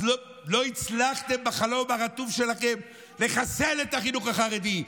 אז לא הצלחתם בחלום הרטוב שלכם לחסל את החינוך החרדי,